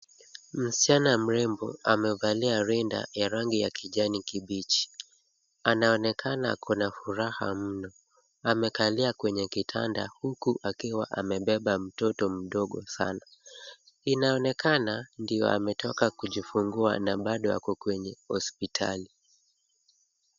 Msichana mrembo amevalia rinda ya rangi ya kijani kibichi. Anaonekana ako na furaha mno. Amekalia kwenye kitanda huku akiwa amebeba mtoto mdogo sana. Inaonekana ndiyo ametoka kujifungua na bado ako kwenye hospitali.